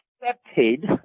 accepted